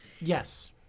Yes